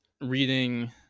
reading